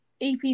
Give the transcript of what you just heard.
AP